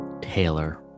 Taylor